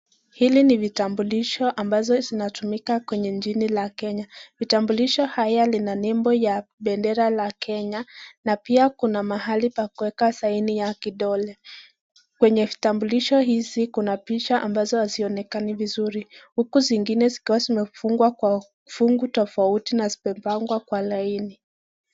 hili ni vitambulisho ambazo zinatumika kwenye nchi ya kenya. Vitambulisho haya yana lina nembo ya bendera ya kenya, na pia kuna mahali pa kuweka saini ya kidole, kwenye vilembulisho hizi kuna picha ambazo hazionekani vuzuri, huku zingine zikiwa zimefungwa kwa fungu tofauti na zimepangwa kwa laini.